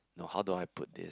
now how do I put this